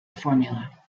formula